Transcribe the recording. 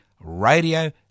Radio